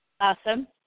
Awesome